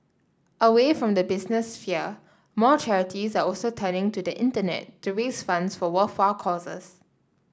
away from the business sphere more charities are also turning to the internet to raise funds for worthwhile causes